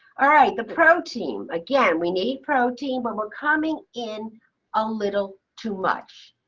all right, the protein, again we need protein but we're coming in a little too much.